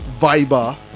viber